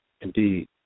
Indeed